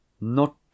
Not